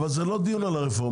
--- אבל זה לא דיון על הרפורמה.